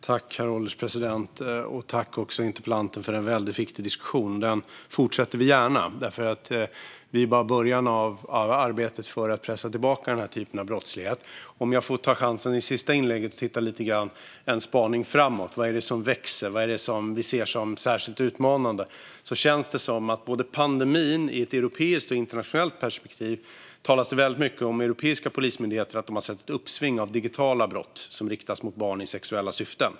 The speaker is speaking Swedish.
Herr ålderspresident! Tack, interpellanten, för en väldigt viktig diskussion! Den kan vi gärna fortsätta. Vi är bara i början av arbetet för att pressa tillbaka brottslighet som denna. Låt mig i mitt sista inlägg ta chansen och göra en spaning om framtiden om vad som växer och vad vi ser som särskilt utmanande. I ett europeiskt och internationellt perspektiv och inom europeiska polismyndigheter talas det mycket om att de under pandemin har sett ett uppsving av digitala brott som riktas mot barn i sexuellt syfte.